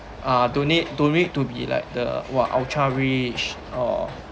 ah don't need don't need to like !wah! the ultra rich or